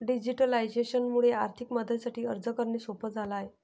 digitalisation मुळे आर्थिक मदतीसाठी अर्ज करणे सोप झाला आहे